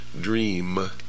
dream